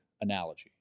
analogy